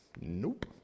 nope